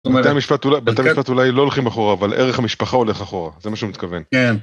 בבית המשפט אולי לא הולכים אחורה, אבל ערך המשפחה הולך אחורה, זה מה שהוא מתכוון. כן.